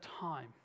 time